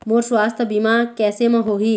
मोर सुवास्थ बीमा कैसे म होही?